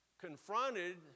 confronted